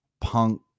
punk